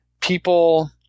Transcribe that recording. people